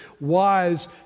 wise